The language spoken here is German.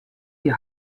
die